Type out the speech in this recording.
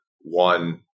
one